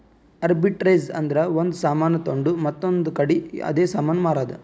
arbitrage ಅಂದುರ್ ಒಂದ್ ಸಾಮಾನ್ ತೊಂಡು ಮತ್ತೊಂದ್ ಕಡಿ ಅದೇ ಸಾಮಾನ್ ಮಾರಾದ್